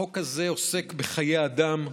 החוק הזה עוסק בחיי אדם.